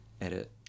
edit